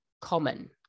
common